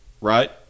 right